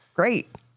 Great